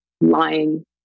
lying